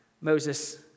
Moses